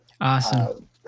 Awesome